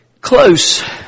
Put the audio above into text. close